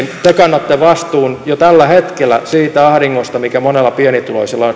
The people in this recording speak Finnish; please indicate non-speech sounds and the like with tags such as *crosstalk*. te kannatte vastuun jo tällä hetkellä siitä ahdingosta mikä monella pienituloisella on *unintelligible*